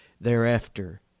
thereafter